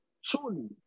Surely